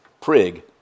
prig